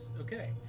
Okay